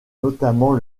notamment